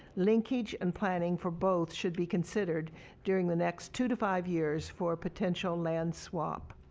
linkage and planning for both should be considered during the next two to five years for potential land swap.